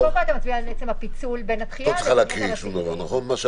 אז קודם כול אתה מצביע על עצם הפיצול בין הדחייה לבין יתר הסעיפים.